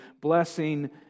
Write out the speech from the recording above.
blessing